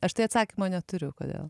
aš tai atsakymo neturiu kodėl